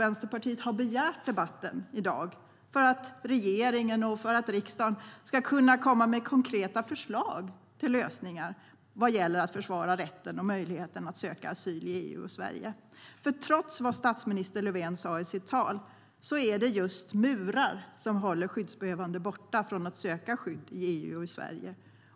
Vänsterpartiet har begärt debatten i dag för att regeringen och riksdagen ska kunna komma med konkreta förslag till lösningar vad gäller att försvara rätten och möjligheten att söka asyl i EU och i Sverige. Trots vad statsminister Löfven sa i sitt tal är det just murar som håller skyddsbehövande borta från att söka skydd i EU och i Sverige.